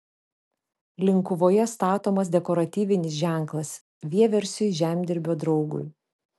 linkuvoje statomas dekoratyvinis ženklas vieversiui žemdirbio draugui